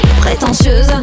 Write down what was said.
Prétentieuse